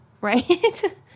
right